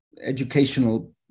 educational